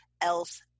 else